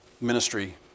ministry